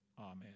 amen